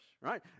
right